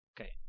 Okay